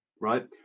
right